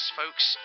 folks